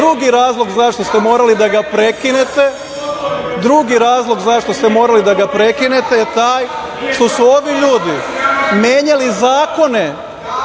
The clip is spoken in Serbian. razlog zašto ste morali da ga prekinete je taj što su ovi ljudi menjali zakone